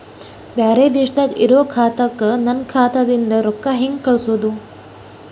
ಬ್ಯಾರೆ ದೇಶದಾಗ ಇರೋ ಖಾತಾಕ್ಕ ನನ್ನ ಖಾತಾದಿಂದ ರೊಕ್ಕ ಹೆಂಗ್ ಕಳಸೋದು?